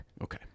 okay